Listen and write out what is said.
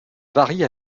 varie